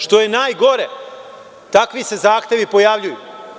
Što je najgore takvi se zahtevi pojavljuju.